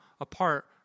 apart